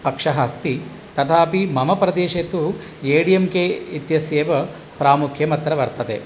पक्षः अस्ति तथापि मम प्रदेशे तु ए डि एम् के इत्यस्य एव प्रामुख्यमत्र वर्तते